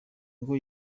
ngo